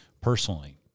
personally